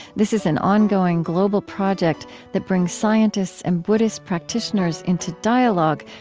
this is an ongoing global project that brings scientists and buddhist practitioners into dialogue,